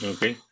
Okay